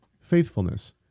faithfulness